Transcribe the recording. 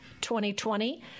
2020